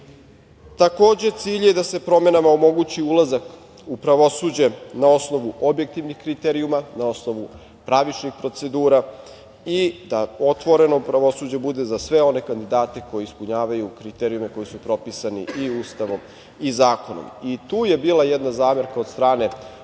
Takođe, cilj je da se promenama omogući ulazak u pravosuđe na osnovu objektivnih kriterijuma, na osnovu pravičnih procedura i da otvoreno pravosuđe bude za sve one kandidate koji ispunjavaju kriterijume koji su propisani i Ustavom i zakonom. Tu je bila jedna zamerka od strane